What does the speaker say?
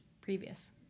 previous